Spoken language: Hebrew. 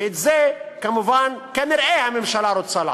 ואת זה, כמובן, כנראה הממשלה רוצה לעשות.